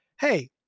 hey